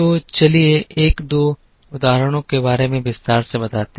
तो चलिए एक दो उदाहरणों के बारे में विस्तार से बताते हैं